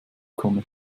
komme